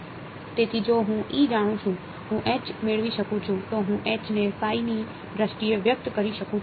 તેથી જો હું જાણું છુ હું મેળવી શકું છું તો હુંને ની દ્રષ્ટિએ વ્યક્ત કરી શકું છું